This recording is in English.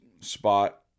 spot